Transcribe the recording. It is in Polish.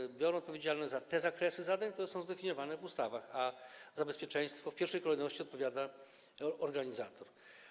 Służby biorą odpowiedzialność za te zakresy zadań, które są zdefiniowane w ustawach, a za bezpieczeństwo w pierwszej kolejności odpowiada organizator.